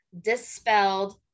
Dispelled